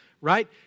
right